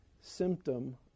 symptom